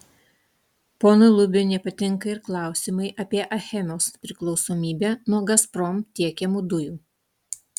ponui lubiui nepatinka ir klausimai apie achemos priklausomybę nuo gazprom tiekiamų dujų